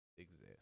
exist